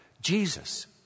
Jesus